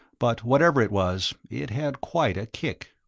but whatever it was, it had quite a kick.